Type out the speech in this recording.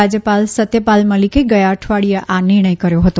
રાજયપાલ સત્યપાલ મલિકે ગયા અઠવાડિયે આ નિર્ણય કર્યો હતો